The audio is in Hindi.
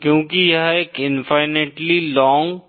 क्योंकि यह एक इनफायनेतली लॉन्ग